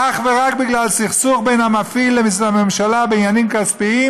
אך ורק בגלל סכסוך בין המפעיל לממשלה בעניינים כספיים?